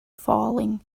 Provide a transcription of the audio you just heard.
falling